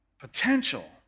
potential